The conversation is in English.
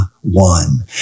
one